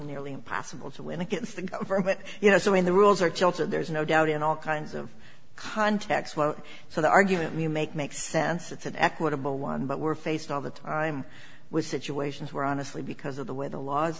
nearly impossible to win against the government you know so when the rules are children there's no doubt in all kinds of context so the argument you make makes sense it's an equitable one but we're faced all the time with situations where honestly because of the way the laws